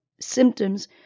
symptoms